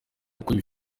gukora